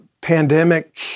pandemic